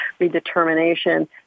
redetermination